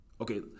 okay